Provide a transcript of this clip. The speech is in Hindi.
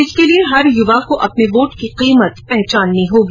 इसके लिए हर युवा को अपने वोट की कीमत पहचाननी होगी